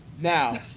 Now